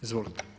Izvolite.